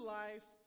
life